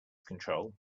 control